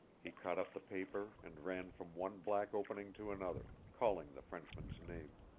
he caught up the paper and ran from one black opening to another, calling the frenchman's name.